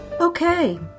Okay